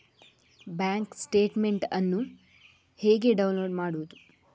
Bank statement ಅನ್ನು ಹೇಗೆ download ಮಾಡುವುದು?